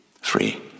Free